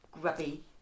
grubby